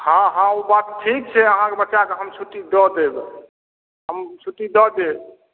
हँ हँ ओ बात ठीक छै अहाँके बच्चाके हम छुट्टी दऽ देब हम छुट्टी दऽ देब